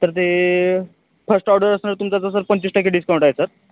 तर ते first order असणार तुमचा तर सर पंचवीस टक्के डिस्काउंट आहे सर